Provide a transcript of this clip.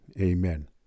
Amen